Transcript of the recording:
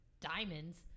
diamonds